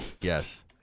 Yes